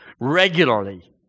Regularly